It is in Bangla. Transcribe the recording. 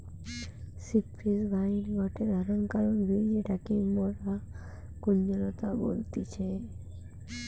সিপ্রেস ভাইন গটে ধরণকার উদ্ভিদ যেটাকে মরা কুঞ্জলতা বলতিছে